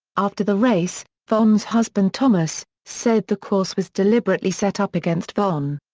after the race, vonn's husband thomas, said the course was deliberately set up against vonn.